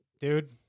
Dude